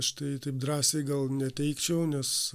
aš tai taip drąsiai gal neteikčiau nes